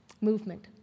movement